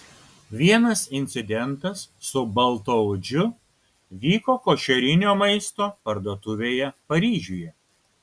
vienas incidentas su baltaodžiu vyko košerinio maisto parduotuvėje paryžiuje